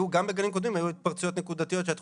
גם בגלים קודמים היו התפרצויות נקודתיות.